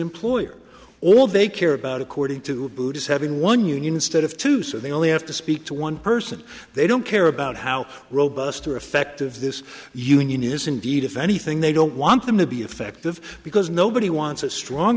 employer all they care about according to buddhist having one union instead of two so they only have to speak to one person they don't care about how robust or effective this union is indeed if anything they don't want them to be effective because nobody wants a strong